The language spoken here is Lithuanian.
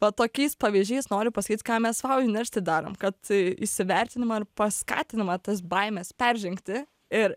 va tokiais pavyzdžiais noriu pasakyt ką mes vau universiti darom kad įsivertinimą ir paskatinimą tas baimes peržengti ir